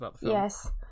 Yes